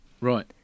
Right